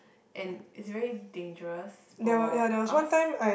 and it's very dangerous for us